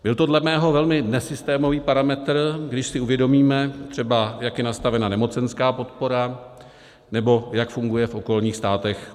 Byl to dle mého velmi nesystémový parametr, když si uvědomíme třeba, jak je nastavena nemocenská podpora nebo jak funguje v okolních státech kurzarbeit.